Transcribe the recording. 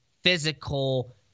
physical